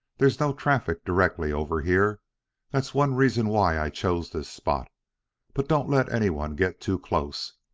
there's no traffic directly over here that's one reason why i chose this spot but don't let anyone get too close.